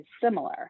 similar